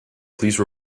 please